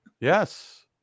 Yes